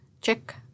check